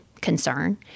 concern